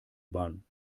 bahn